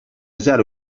zero